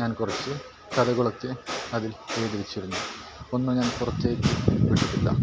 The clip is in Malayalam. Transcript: ഞാൻ കുറച്ച് കഥകളൊക്കെ അതിൽ എഴുതി വച്ചിരുന്നു ഒന്ന് ഞാൻ കുറച്ച്